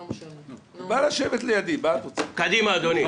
קדימה, אדוני.